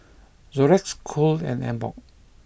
Xorex Cool and Emborg